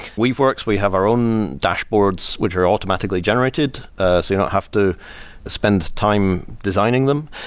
we've worked we have our own dashboards, which are automatically generated. so you don't have to spend time designing them,